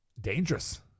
Dangerous